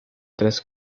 tres